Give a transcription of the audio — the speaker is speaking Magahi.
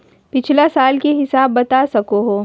पिछला साल के हिसाब बता सको हो?